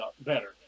better